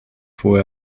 fuhr